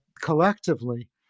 collectively